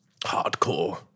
hardcore